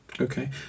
okay